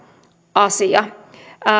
asia